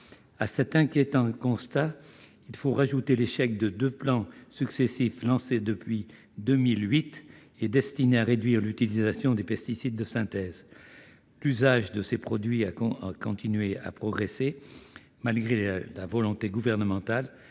À cet inquiétant constat il faut ajouter l'échec des deux plans successifs lancés depuis 2008 et destinés à réduire l'utilisation des pesticides de synthèse. L'usage de ces produits a continué à progresser malgré la volonté affichée par le